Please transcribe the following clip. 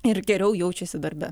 ir geriau jaučiasi darbe